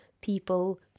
people